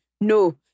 no